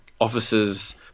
officer's